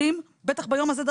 בטח ביום הזה.